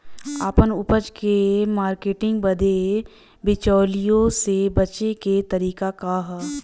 आपन उपज क मार्केटिंग बदे बिचौलियों से बचे क तरीका का ह?